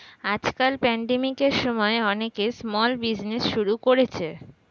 আজকাল প্যান্ডেমিকের সময়ে অনেকে স্মল বিজনেজ শুরু করেছে